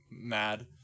mad